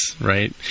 right